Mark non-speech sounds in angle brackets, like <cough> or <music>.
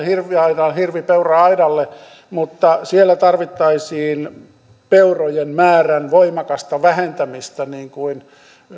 <unintelligible> hirvi ja peura aidalle mutta siellä tarvittaisiin peurojen määrän voimakasta vähentämistä niin kuin